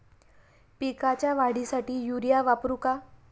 पिकाच्या वाढीसाठी युरिया वापरू का?